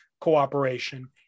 cooperation